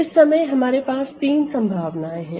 इस समय हमारे पास तीन संभावनाएं हैं